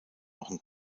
wochen